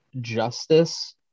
justice